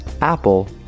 apple